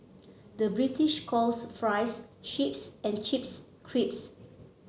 the British calls fries chips and chips crisps